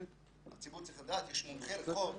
הציבור צריך לדעת שיש מומחי ריחות